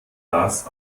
das